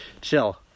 Chill